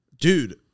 dude